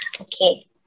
okay